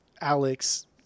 Alex